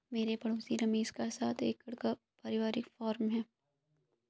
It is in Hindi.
मेरे पड़ोसी रमेश का सात एकड़ का परिवारिक फॉर्म है